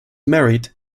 married